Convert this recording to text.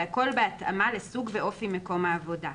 והכול בהתאמה לסוג ואופי מקום העבודה.